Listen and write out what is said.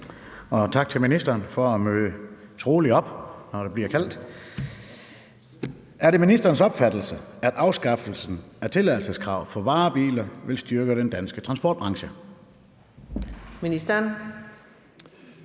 og tak til ministeren for at møde troligt op, når der bliver kaldt. Er det ministerens opfattelse, at afskaffelsen af tilladelseskrav for varebiler vil styrke den danske transportbranche?